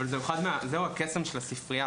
אבל זהו הקסם של הספרייה.